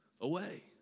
away